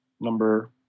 Number